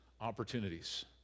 opportunities